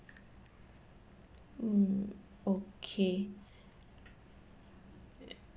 mm okay